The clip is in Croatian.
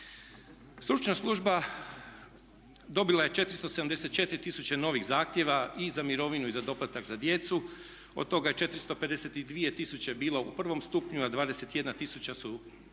Stručna služba dobila je 474 tisuće novih zahtjeva i za mirovinu i za doplatak za djecu. Od toga je 452 tisuće bila u prvom stupnju, a 21 tisuća su žalbe